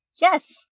Yes